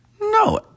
No